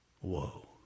Whoa